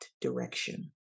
direction